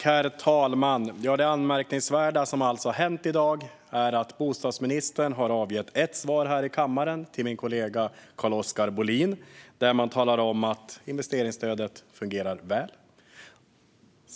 Herr talman! Det anmärkningsvärda som har hänt i dag är att bostadsministern har avgett ett svar här i kammaren till min kollega Carl-Oskar Bohlin där han talar om att investeringsstödet fungerar väl.